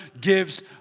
gives